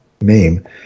name